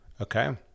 okay